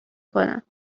کنم